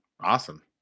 Awesome